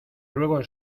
ruego